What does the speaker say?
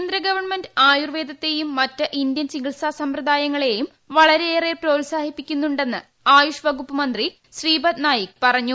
കേന്ദ്ര ഗവൺമെന്റ് ആയുർവേദത്തേയും മറ്റ് ഇന്ത്യൻ ചികിത്സാ സമ്പ്രദായങ്ങളേയും വളരെയേറെ പ്രോത്സാഹിപ്പിക്കുന്നു െന്നും ആയുഷ് വകുപ്പ് മന്ത്രി ശ്രീപദ് നായിക് പറഞ്ഞു